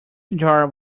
jar